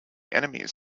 enemies